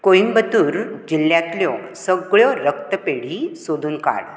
कोइंबतूर जिल्ल्यांतल्यो सगळ्यो रक्तपेढी सोदून काड